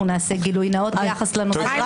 אנחנו נעשה גילוי נאות ביחס לנושא.